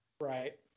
Right